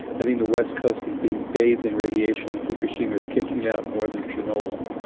i think the west coast is being bathed in radiation, and fukushima is kicking out more than chernobyl.